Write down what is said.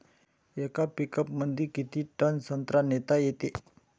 येका पिकअपमंदी किती टन संत्रा नेता येते?